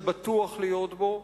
שבטוח להיות בו,